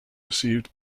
received